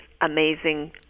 amazing